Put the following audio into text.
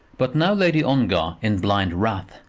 but now lady ongar, in blind wrath,